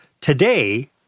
Today